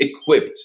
equipped